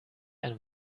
ein